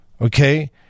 okay